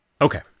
okay